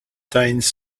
danes